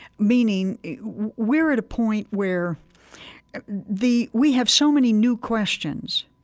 meaning we're at a point where the we have so many new questions,